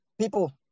people